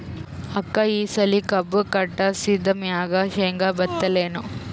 ಅಕ್ಕ ಈ ಸಲಿ ಕಬ್ಬು ಕಟಾಸಿದ್ ಮ್ಯಾಗ, ಶೇಂಗಾ ಬಿತ್ತಲೇನು?